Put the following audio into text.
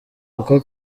uko